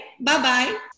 Bye-bye